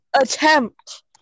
attempt